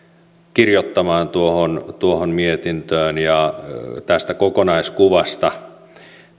kirjoittamaan tuohon mietintöön tästä kokonaiskuvasta